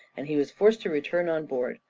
and he was forced to return on board,